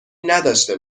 نداشته